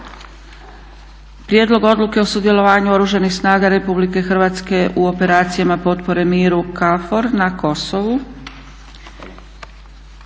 Prijedlog odluke o sudjelovanju Oružanih snaga u operacijama potpore miru KFOR na Kosovu,